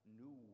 new